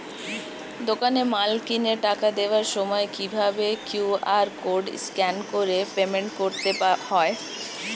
দোকানে মাল কিনে টাকা দেওয়ার সময় কিভাবে কিউ.আর কোড স্ক্যান করে পেমেন্ট করতে হয়?